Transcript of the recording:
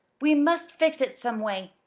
we must fix it some way.